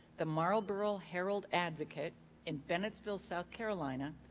the marlboro herald advocate in bennettsville, south carolina,